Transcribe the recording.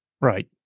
right